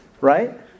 right